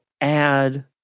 add